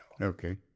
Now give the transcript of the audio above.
Okay